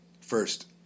First